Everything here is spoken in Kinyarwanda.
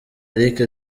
eric